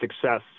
success